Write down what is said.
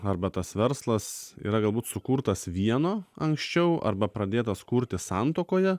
arba tas verslas yra galbūt sukurtas vieno anksčiau arba pradėtas kurti santuokoje